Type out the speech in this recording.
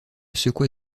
secoua